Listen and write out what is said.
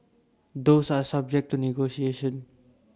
those are subject to negotiation